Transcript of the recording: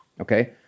okay